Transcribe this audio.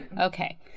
Okay